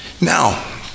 Now